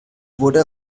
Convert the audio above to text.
wurde